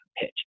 pitch